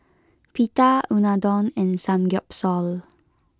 Pita Unadon and Samgyeopsal